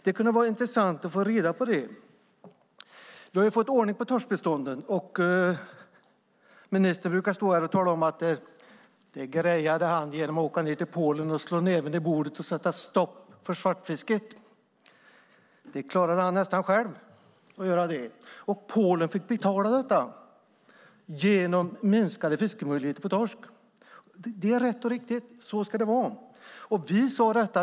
Det kunde vara intressant att få reda på det. Vi har nu fått ordning på torskbestånden. Ministern brukar stå här och tala om att det grejade han genom att åka ned till Polen, slå näven i bordet och sätta stopp för svartfisket - det klarade han nästan själv. Och Polen fick betala detta genom minskade fiskemöjligheter på torsk. Det är rätt och riktigt. Så ska det vara.